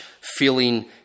feeling